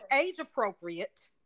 age-appropriate